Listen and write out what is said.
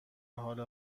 حال